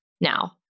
Now